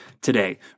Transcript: today